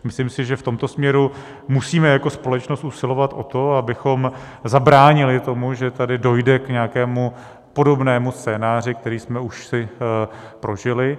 Myslím si, že v tomto směru musíme jako společnost usilovat o to, abychom zabránili tomu, že tady dojde k nějakému podobnému scénáři, který jsme si už prožili.